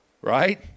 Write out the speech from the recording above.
right